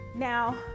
Now